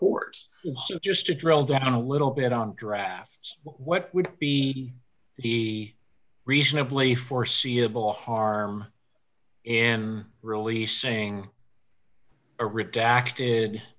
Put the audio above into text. reporters just to drill down a little bit on drafts what would be the reasonably foreseeable harm in releasing a redacted